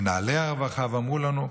מנהלי הרווחה, ואמרו לנו: